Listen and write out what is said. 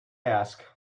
ask